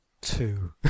two